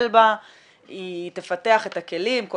שיש לי כשאני מנתח את ה --- ואוקסיקוד?